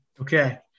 Okay